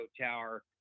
tower